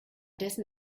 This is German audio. dessen